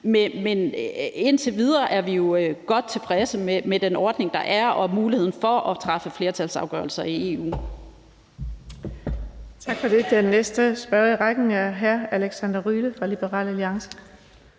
Men indtil videre er vi jo godt tilfredse med den ordning, der er, og muligheden for at træffe flertalsafgørelser i EU.